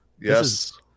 yes